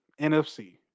NFC